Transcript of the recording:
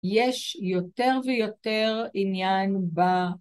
‫יש יותר ויותר עניין ב...